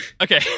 Okay